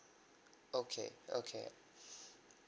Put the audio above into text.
okay okay